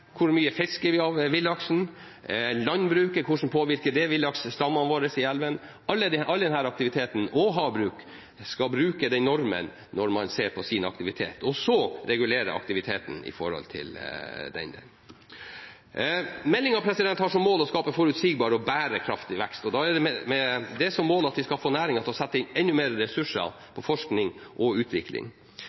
hvor mye vi fisker av villaksen, og hvordan landbruket påvirker villaksstammene våre i elvene. All denne aktiviteten – og havbruk – skal bruke den normen når man ser på sin aktivitet, og regulere aktiviteten i forhold til den. Meldingen har som mål å skape forutsigbar og bærekraftig vekst, og da er det et mål at vi skal få næringen til å sette inn enda flere ressurser på forskning og utvikling.